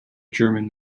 german